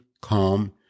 calm